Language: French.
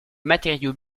matériaux